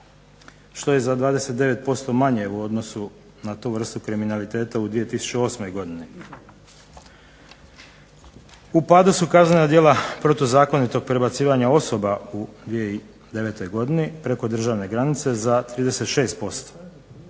što je za 29% manje u odnosu na tu vrstu kriminaliteta u 2008. godini. U padu su kaznena djela protuzakonitog prebacivanja osoba u 2009. godini, preko državne granice, za 36%,